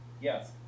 Yes